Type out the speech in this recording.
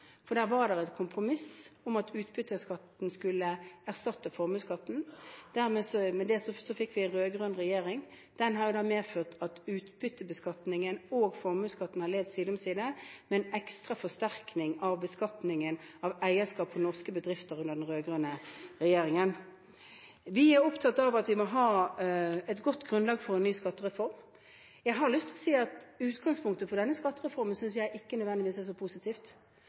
for der var det et kompromiss om at utbytteskatten skulle erstatte formuesskatten. Med det fikk vi en rød-grønn regjering. Den har da medført at utbyttebeskatningen og formuesskatten har levd side om side, med en ekstra forsterkning av beskatningen av eierskap i norske bedrifter under den rød-grønne regjeringen. Vi er opptatt av at vi må ha et godt grunnlag for en ny skattereform. Jeg har lyst til å si at utgangspunktet for denne skattereformen synes jeg ikke nødvendigvis er så positivt.